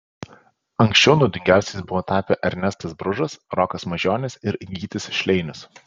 anksčiau naudingiausiais buvo tapę ernestas bružas rokas mažionis ir gytis šleinius